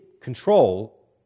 control